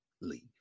leave